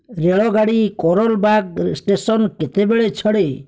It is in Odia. ରେଳଗାଡ଼ି କରୋଲ ବାଗ ଷ୍ଟେସନ କେତେବେଳେ ଛାଡ଼େ